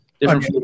different